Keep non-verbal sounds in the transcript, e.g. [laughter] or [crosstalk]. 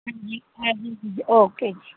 ਹਾਂਜੀ [unintelligible] ਓਕੇ ਜੀ